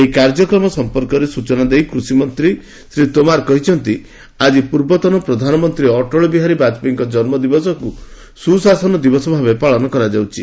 ଏହି କାର୍ଯ୍ୟକ୍ରମ ସମ୍ପର୍କରେ ସୂଚନା ଦେଇ କୃଷିମନ୍ତ୍ରୀ ଶ୍ରୀ ତୋମାର କହିଛନ୍ତି ଆଜି ପୂର୍ବତନ ପ୍ରଧାନମନ୍ତ୍ରୀ ଅଟଳ ବିହାରୀ ବାଜପେୟୀଙ୍କ ଜନ୍ମଦିବସକୁ ସୁଶାସନ ଦିବସ ଭାବେ ପାଳନ କରାଯାଉଛି